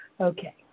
Okay